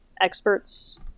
experts